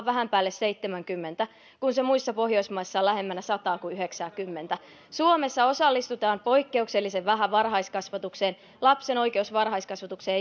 vähän päälle seitsemänkymmentä kun se muissa pohjoismaissa on lähempänä sataa kuin yhdeksääkymmentä suomessa osallistutaan poikkeuksellisen vähän varhaiskasvatukseen lapsen oikeus varhaiskasvatukseen